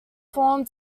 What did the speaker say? formerly